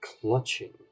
clutching